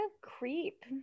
creep